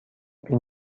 این